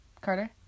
Carter